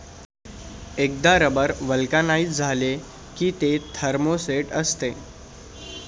एकदा rubber vulcanise झाले की ते थर्मोसेट असते